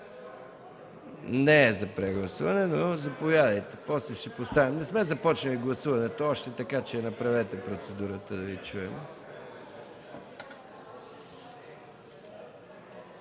Не е за прегласуване. Заповядайте. Не сме започнали още гласуването, така че направете процедурата, да Ви чуем.